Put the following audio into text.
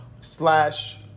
Slash